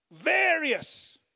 Various